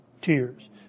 tears